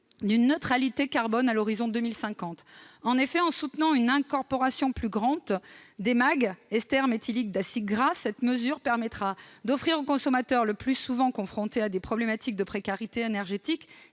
d'une neutralité carbone à l'horizon de 2050. En effet, en soutenant une incorporation plus grande des esters méthyliques d'acide gras, ou EMAG, cette mesure permettra d'offrir aux consommateurs- le plus souvent confrontés à des problématiques de précarité énergétique